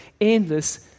endless